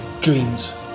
Dreams